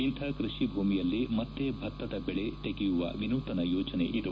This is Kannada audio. ಇಂಥ ಕೃಷಿ ಭೂಮಿಯಲ್ಲಿ ಮತ್ತೆ ಭತ್ತದ ಬೆಳೆ ತೆಗೆಯುವ ವಿನೂತನ ಯೋಜನೆ ಇದು